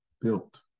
built